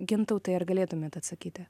gintautai ar galėtumėt atsakyti